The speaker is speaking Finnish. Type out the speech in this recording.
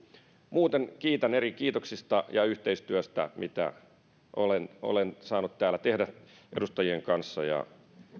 muuten kiitän eri kiitoksista ja yhteistyöstä jota olen saanut täällä tehdä edustajien kanssa ja